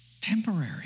temporary